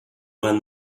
when